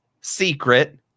secret